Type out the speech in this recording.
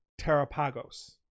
Terrapagos